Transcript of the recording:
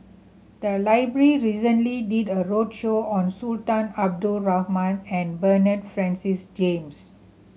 the library recently did a roadshow on Sultan Abdul Rahman and Bernard Francis James